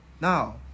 now